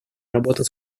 работу